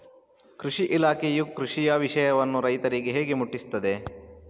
ಕೃಷಿ ಇಲಾಖೆಯು ಕೃಷಿಯ ವಿಷಯವನ್ನು ರೈತರಿಗೆ ಹೇಗೆ ಮುಟ್ಟಿಸ್ತದೆ?